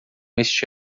este